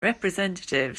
representative